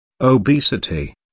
Obesity